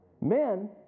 Men